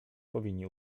powinni